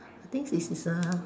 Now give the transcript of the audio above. thinks it's is a